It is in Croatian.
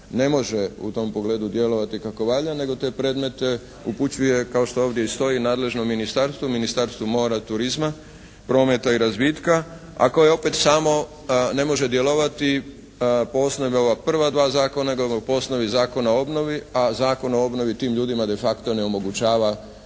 ne može u tom pogledu djelovati kako valja nego te predmete upućuje kao što ovdje i stoji, nadležnom ministarstvu, Ministarstvu mora, turizma, prometa i razvitka, a koje opet samo ne može djelovati po osnovi ova prva dva zakona nego po osnovi Zakona o obnovi, a Zakon o obnovi tim ljudima de facto ne omogućava da im